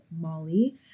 Molly